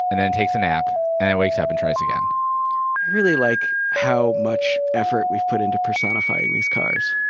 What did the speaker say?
and then it takes a nap, and then it wakes up and tries again. i really like how much effort we've put into personifying these cars.